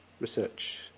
research